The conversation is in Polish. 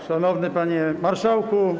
Szanowny Panie Marszałku!